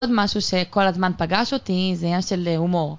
עוד משהו שכל הזמן פגש אותי זה עניין של הומור